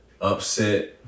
upset